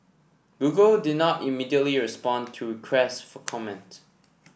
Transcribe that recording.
Google did not immediately respond to requests for comment